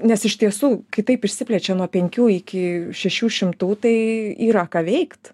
nes iš tiesų kai taip išsiplečia nuo penkių iki šešių šimtų tai yra ką veikt